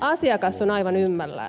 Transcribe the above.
asiakas on aivan ymmällään